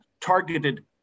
targeted